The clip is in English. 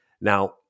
Now